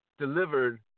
delivered